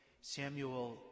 Samuel